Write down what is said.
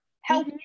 Help